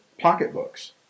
pocketbooks